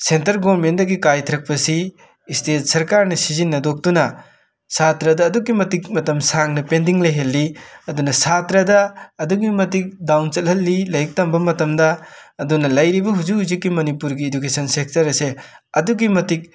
centre ꯒꯣꯔꯃꯦꯟꯗꯒꯤ ꯀꯥꯏꯊꯔꯛꯄꯁꯤ state ꯁꯔꯀꯥꯔꯅ ꯁꯤꯖꯤꯟꯅꯊꯣꯛꯇꯨꯅ ꯁꯥꯇ꯭ꯔꯗ ꯑꯗꯨꯛꯀꯤ ꯃꯇꯤꯛ ꯃꯇꯝ ꯁꯥꯡꯅ ꯄꯦꯟꯗꯤꯡ ꯂꯩꯍꯜꯂꯤ ꯑꯗꯨꯅ ꯁꯥꯇ꯭ꯔꯗ ꯑꯗꯨꯛꯀꯤ ꯃꯇꯤꯛ ꯗꯥꯎꯟ ꯆꯠꯍꯜꯂꯤ ꯂꯥꯏꯔꯤꯛ ꯇꯝꯕ ꯃꯇꯝꯗ ꯑꯗꯨꯅ ꯂꯩꯔꯤꯕ ꯍꯨꯖꯤꯛ ꯍꯨꯖꯤꯛꯀꯤ ꯃꯅꯤꯄꯨꯔꯒꯤ ꯏꯗꯨꯀꯦꯁꯟ ꯁꯦꯛꯇꯔ ꯑꯁꯦ ꯑꯗꯨꯛꯀꯤ ꯃꯇꯤꯛ